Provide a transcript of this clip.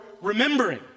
remembering